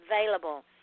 available